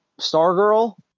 Stargirl